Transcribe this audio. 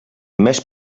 més